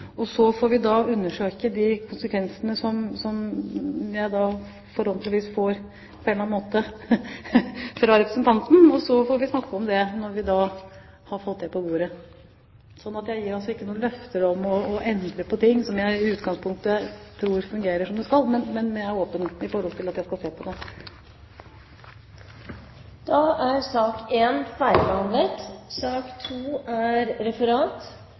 og det forholder jeg meg til nå. Så får vi undersøke de konsekvensene, som jeg forhåpentligvis får på en eller annen måte fra representanten, og så får vi snakke om det når jeg har fått det på bordet. Jeg gir altså ingen løfter om å endre på ting som jeg i utgangspunktet tror fungerer som det skal, men jeg er åpen for å se på det. Da er sak nr. 1 ferdigbehandlet. Det foreligger ikke noe referat. Er